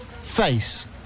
Face